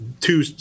two